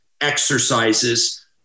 exercises